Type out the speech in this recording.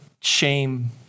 shame